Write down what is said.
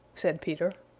said peter.